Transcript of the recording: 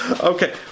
Okay